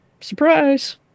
Surprise